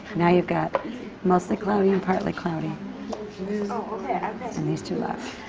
now you've got mostly cloudy and partly cloudy and these two left.